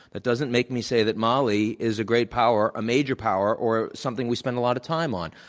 that doesn't make me say that mali is a great power, a major power, or something we spend a lot of time on.